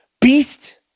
beast